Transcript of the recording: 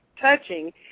touching